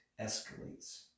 escalates